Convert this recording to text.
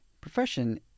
profession